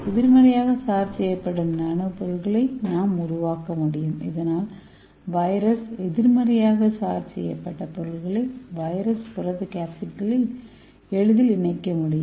எதிர்மறையாக சார்ஜ் செய்யப்படும் நானோ பொருள்களை நாம் உருவாக்க முடியும் இதனால் வைரஸ் எதிர்மறையாக சார்ஜ் செய்யப்பட்ட பொருட்களை வைரஸ் புரத கேப்சிட்களில் எளிதில் இணைக்க முடியும்